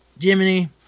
Jiminy